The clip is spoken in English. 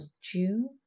june